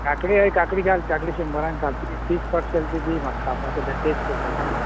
काकडी हय काकडी घाल काकडी शंबरान काकडी पीस कट केल्या ती दी म्हाका खावपाक सद्या टेस्ट करपाक दी